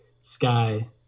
Sky